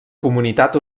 comunitat